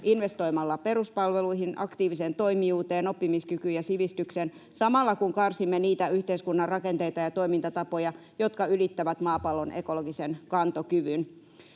investoimalla peruspalveluihin, aktiiviseen toimijuuteen, oppimiskykyyn ja sivistykseen samalla, kun karsimme niitä yhteiskunnan rakenteita ja toimintatapoja, jotka ylittävät maapallon ekologisen kantokyvyn.